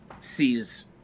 sees